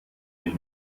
den